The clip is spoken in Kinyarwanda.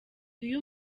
iyo